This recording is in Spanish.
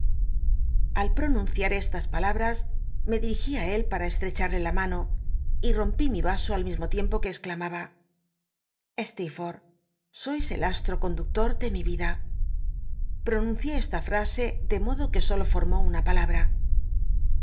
al pronunciar estas palabras me díl'igi á él pal'a estrecharle la mano y rompí mi vaso al mismo tiempo que exclamaba steerfoi'lh sois elastro conduct or dc mi vida pi'o wlcié esta frase de modo que solo formó una palabra